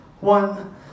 one